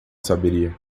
saberia